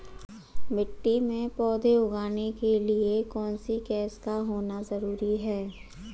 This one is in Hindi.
मिट्टी में पौधे उगाने के लिए कौन सी गैस का होना जरूरी है?